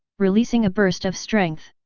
releasing a burst of strength.